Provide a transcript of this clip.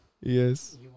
yes